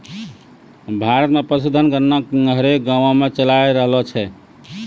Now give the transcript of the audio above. भारत मे पशुधन गणना हरेक गाँवो मे चालाय रहलो छै